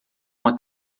uma